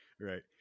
right